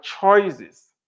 choices